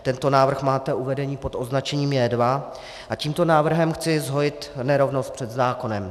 Tento návrh máte uvedený pod označením J2 a tímto návrhem chci zhojit nerovnost před zákonem.